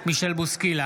בהצבעה מישל בוסקילה,